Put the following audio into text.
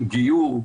גיור,